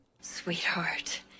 Sweetheart